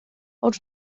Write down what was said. ond